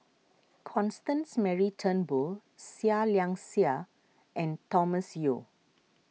Constance Mary Turnbull Seah Liang Seah and Thomas Yeo